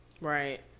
Right